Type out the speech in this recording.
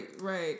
right